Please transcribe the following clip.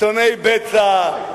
שונאי בצע?